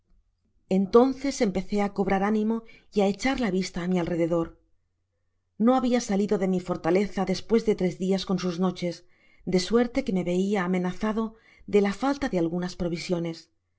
entonces empecé á cobrar ánimo y á echar la vista á mi alrededor no habia salido de mi fortaleza despues de tres dias con sus noches de suerte que me veia amenazado de la falta de algunas provisiones